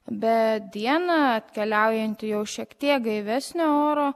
bet dieną atkeliaujanti jau šiek tiek gaivesnio oro